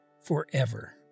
forever